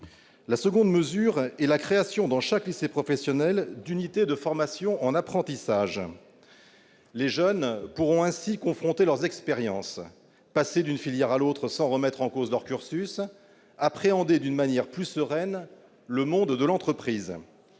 La seconde mesure est la création, dans chaque lycée professionnel, d'unités de formation en apprentissage. Les jeunes pourront ainsi confronter leurs expériences, passer d'une filière à l'autre sans remettre en cause leur cursus, appréhender d'une manière plus sereine le monde de l'entreprise.